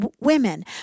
women